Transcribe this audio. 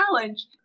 challenge